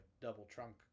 double-trunk